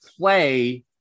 Play